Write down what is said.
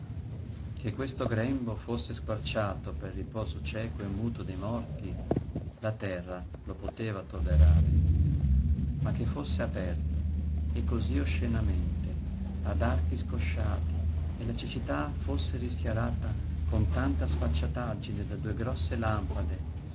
che questo grembo fosse squarciato per il riposo cieco e muto dei morti la terra lo poteva tollerare ma che fosse aperto e cosí oscenamente ad archi scosciati e la cecità fosse rischiarata con tanta sfacciataggine da due grosse lampade